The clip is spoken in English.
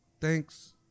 thanks